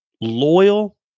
loyal